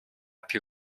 più